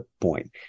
point